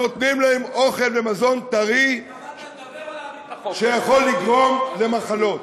נותנים להם אוכל ומזון טרי שיכול לגרום למחלות,